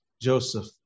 Joseph